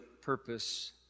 purpose